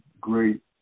great